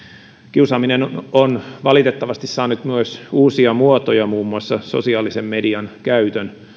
kiusaaminen on valitettavasti saanut myös uusia muotoja muun muassa sosiaalisen median käytön